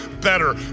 better